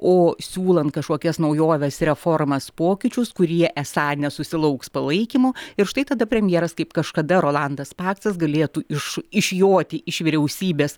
o siūlant kažkokias naujoves reformas pokyčius kurie esą nesusilauks palaikymo ir štai tada premjeras kaip kažkada rolandas paksas galėtų iš išjoti iš vyriausybės